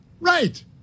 Right